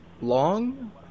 long